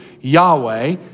Yahweh